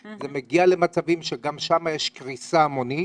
זה מגיע למצבים שגם שם יש קריסה המונית.